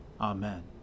Amen